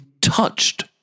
touched